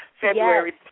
February